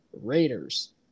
Raiders